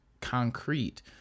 concrete